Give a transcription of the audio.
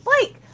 Blake